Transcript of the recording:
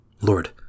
Lord